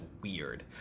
weird